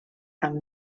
amb